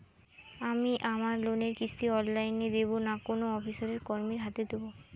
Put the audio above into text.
আমি আমার লোনের কিস্তি অনলাইন দেবো না কোনো অফিসের কর্মীর হাতে দেবো?